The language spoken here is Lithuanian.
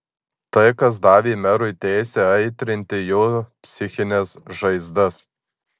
tai kas davė merui teisę aitrinti jo psichines žaizdas